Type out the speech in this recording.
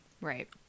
Right